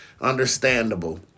Understandable